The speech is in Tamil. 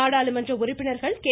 நாடாளுமன்ற உறுப்பினர்கள் கே